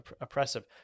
oppressive